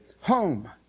home